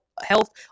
health